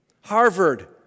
Harvard